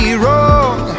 wrong